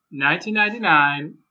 1999